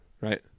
right